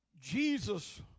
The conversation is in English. Jesus